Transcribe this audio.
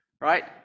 right